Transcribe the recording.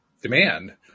demand